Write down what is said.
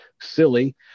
silly